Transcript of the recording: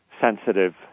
sensitive